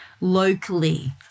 locally